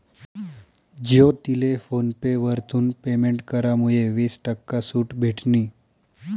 ज्योतीले PhonePe वरथून payment करामुये वीस टक्का सूट भेटनी